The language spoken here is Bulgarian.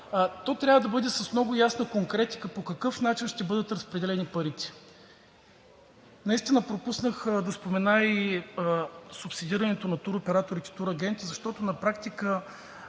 то трябва да бъде с много ясна конкретика по какъв начин ще бъдат разпределени парите. Наистина пропуснах да спомена и субсидирането на туроператорите и турагентите. На практика